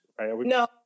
No